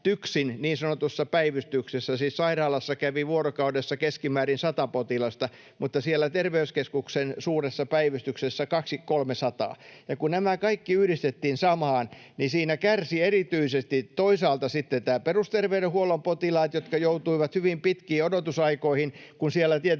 TYKSin niin sanotussa päivystyksessä, siis sairaalassa, kävi vuorokaudessa keskimäärin sata potilasta, mutta siellä terveyskeskuksen suuressa päivystyksessä 200—300 — kun nämä kaikki yhdistettiin samaan, siinä kärsivät erityisesti toisaalta sitten nämä perusterveydenhuollon potilaat, jotka joutuivat hyvin pitkiin odotusaikoihin, kun siellä tietenkin